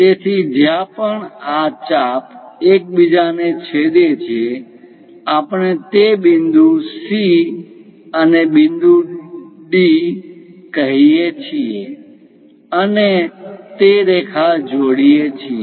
તેથી જ્યાં પણ આ ચાપ એકબીજાને છેદે છે આપણે તે બિંદુ C અને બિંદુ D ક કહીએ છીએ અને તે રેખા જોડીએ છીએ